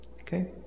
okay